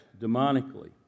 demonically